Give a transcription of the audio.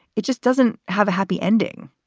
it just doesn't have a happy ending,